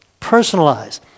Personalize